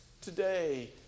today